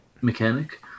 mechanic